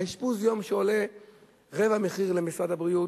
אשפוז יום, שעולה רבע מחיר למשרד הבריאות,